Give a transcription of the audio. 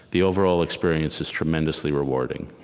the overall experience is tremendously rewarding.